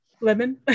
Lemon